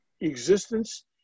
existence